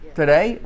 today